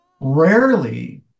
rarely